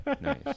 Nice